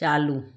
चालू